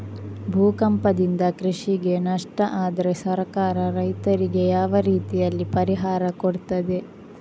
ಭೂಕಂಪದಿಂದ ಕೃಷಿಗೆ ನಷ್ಟ ಆದ್ರೆ ಸರ್ಕಾರ ರೈತರಿಗೆ ಯಾವ ರೀತಿಯಲ್ಲಿ ಪರಿಹಾರ ಕೊಡ್ತದೆ?